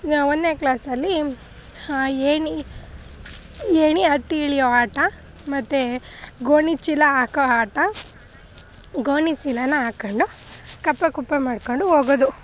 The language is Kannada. ಒ ಒಂದನೇ ಕ್ಲಾಸಲ್ಲಿ ಹ ಏಣಿ ಏಣಿ ಹತ್ತಿ ಇಳಿಯುವ ಆಟ ಮತ್ತೆ ಗೋಣಿ ಚೀಲ ಹಾಕೋ ಆಟ ಗೋಣಿ ಚೀಲನ ಹಾಕೊಂಡು ಕಪ್ಪೆ ಕುಪ್ಪ ಮಾಡಿಕೊಂಡು ಹೋಗೋದು